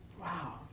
Wow